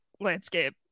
landscape